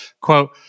quote